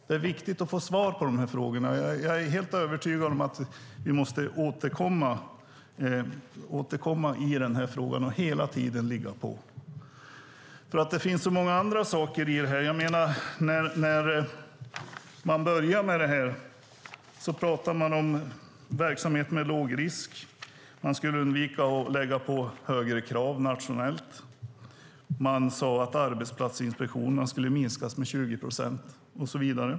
Det är viktigt att få svar på de frågorna. Jag är helt övertygad om att vi måste återkomma i den här frågan och hela tiden ligga på. Det finns så mycket annat i detta. När man började med detta talade man om verksamhet med låg risk. Man skulle undvika att ställa högre krav nationellt. Man sade att arbetsplatsinspektionerna skulle minskas med 20 procent och så vidare.